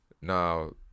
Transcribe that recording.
now